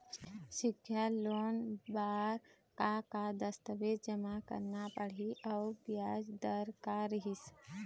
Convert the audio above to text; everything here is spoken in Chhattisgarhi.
सिक्छा लोन बार का का दस्तावेज जमा करना पढ़ही अउ ब्याज दर का रही?